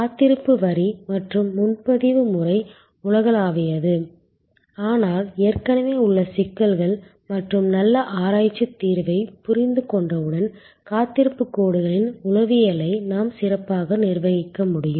காத்திருப்பு வரி மற்றும் முன்பதிவு முறை உலகளாவியது ஆனால் ஏற்கனவே உள்ள சிக்கல்கள் மற்றும் நல்ல ஆராய்ச்சி தீர்வைப் புரிந்துகொண்டவுடன் காத்திருப்பு கோடுகளின் உளவியலை நாம் சிறப்பாக நிர்வகிக்க முடியும்